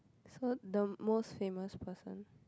so the most famous person